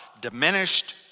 diminished